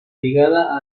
ligada